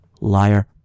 Liar